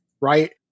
right